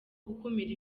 gukumira